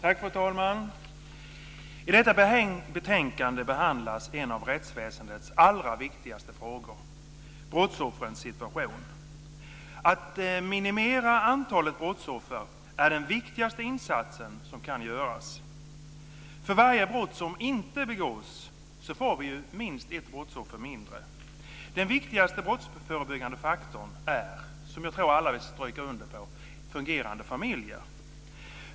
Fru talman! I detta betänkande behandlas en av rättsväsendets allra viktigaste frågor, nämligen brottsoffrens situation. Att minimera antalet brottsoffer är den viktigaste insatsen som kan göras. För varje brott som inte begås får vi minst ett brottsoffer mindre. Den viktigaste brottsförebyggande faktorn är, som jag tror att alla kan stryka under, fungerande familjer.